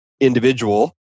individual